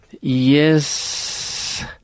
yes